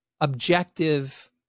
objective